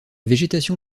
végétation